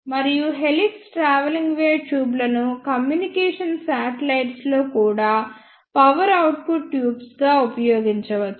మరియు helix travelling wave ట్యూబ్లను communication satellites లో కూడా పవర్ అవుట్పుట్ ట్యూబ్ గా ఉపయోగించవచ్చు